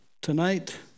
tonight